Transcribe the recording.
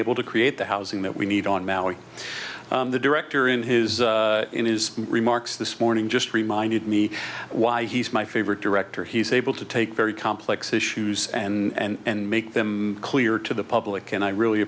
able to create the housing that we need on maui the director in his in his remarks this morning just reminded me why he's my favorite director he's able to take very complex issues and make them clear to the public and i really